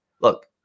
Look